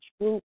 group